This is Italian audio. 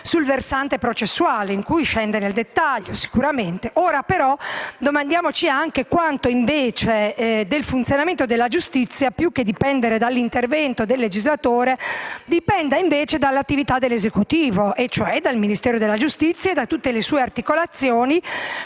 sul versante processuale, scendendo nel dettaglio. Domandiamoci invece quanto del funzionamento della giustizia, più che dipendere dall'intervento del legislatore, dipenda dall'attività dell'Esecutivo e cioè dal Ministero della giustizia e da tutte le sue articolazioni,